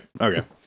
okay